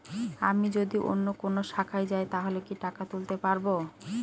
আমি যদি অন্য কোনো শাখায় যাই তাহলে কি টাকা তুলতে পারব?